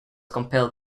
compelled